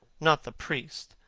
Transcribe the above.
not the priest,